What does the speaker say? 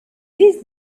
these